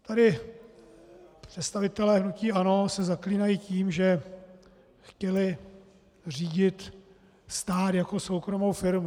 Tady představitelé hnutí ANO se zaklínají tím, že chtěli řídit stát jako soukromou firmu.